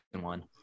one